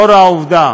לאור העובדה